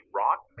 rock